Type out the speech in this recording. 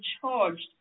charged